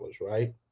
right